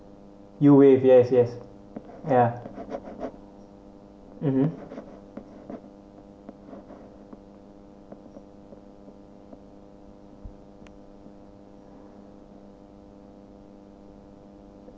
you wave yes yes ya mmhmm